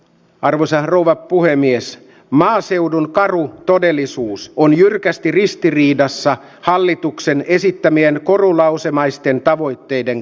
arvoisa puhemies maaseudun karu todellisuus on jyrkästi ristiriidassa hallituksen esittämien korulausemaisten tavoitteiden